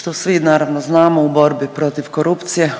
što svi naravno znamo u borbi protiv korupcije,